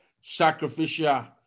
sacrificial